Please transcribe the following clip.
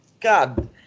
God